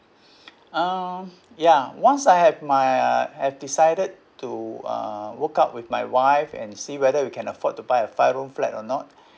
uh ya once I had my uh I've decided to uh work out with my wife and see whether we can afford to buy a five room flat or not